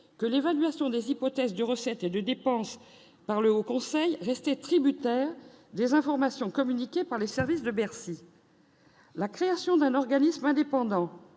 que l'évaluation des hypothèses du recettes et de dépenses par le Haut conseil rester tributaire des informations communiquées par les services de Bercy. La création d'un organisme indépendant